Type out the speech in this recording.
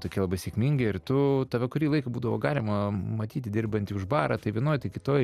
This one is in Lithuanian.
tokia labai sėkminga ir tu tave kurį laiką būdavo galima matyti dirbantį už barą tai vienoj tai kitoj